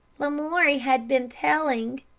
lamoury had been telling,